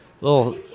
little